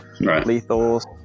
lethals